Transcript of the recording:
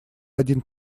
один